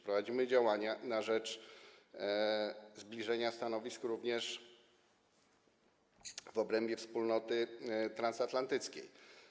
Prowadzimy działania na rzecz zbliżenia stanowisk również w obrębie wspólnoty transatlantyckiej.